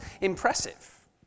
impressive